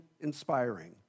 inspiring